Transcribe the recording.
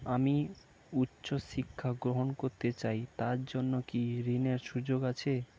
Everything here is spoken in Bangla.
আমি উচ্চ শিক্ষা গ্রহণ করতে চাই তার জন্য কি ঋনের সুযোগ আছে?